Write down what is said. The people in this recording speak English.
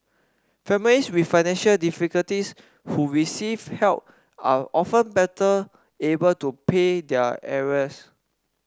families with financial difficulties who receive help are often better able to pay their arrears